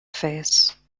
face